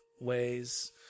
ways